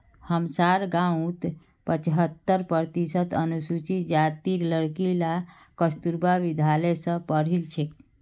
हमसार गांउत पछहत्तर प्रतिशत अनुसूचित जातीर लड़कि ला कस्तूरबा विद्यालय स पढ़ील छेक